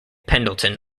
pendleton